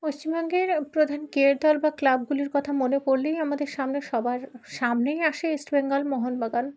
পশ্চিমবঙ্গের প্রধান কেয়ার দল বা ক্লাবগুলির কথা মনে পড়লেই আমাদের সামনে সবার সামনেই আসে ইস্টবেঙ্গল মোহনবাগান